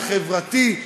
החברתי,